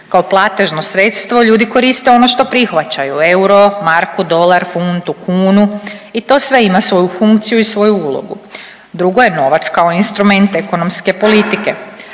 Kao platežno sredstvo ljudi koriste ono što prihvaćaju, euro, marku, dolar, funtu, kunu i to sve ima svoju funkciju i svoju ulogu. Drugo je novac kao instrument ekonomske politike.